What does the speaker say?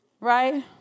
right